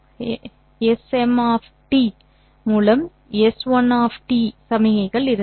M D மூலம் S 1 D சமிக்ஞைகள் இருந்தன